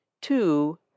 Two